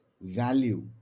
value